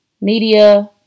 media